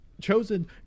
Chosen